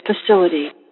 facility